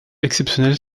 exceptionnel